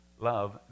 Love